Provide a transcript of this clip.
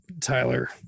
Tyler